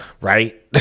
right